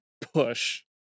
push